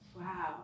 wow